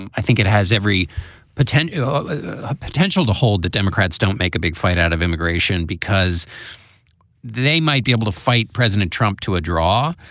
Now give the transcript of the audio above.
and i think it has every potential potential to hold the democrats don't make a big fight out of immigration because they might be able to fight president trump to a draw.